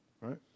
Right